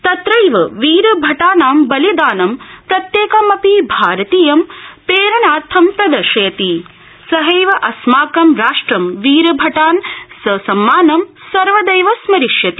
तत्रैव वीरभटानां बलिदानं प्रत्येकमपि भारतीयं प्रेरणाथं प्रदर्शयति सहैव अस्माकं राष्ट्रं वीरभटान् ससम्मानं सर्वदैव स्मरिष्यति